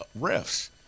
refs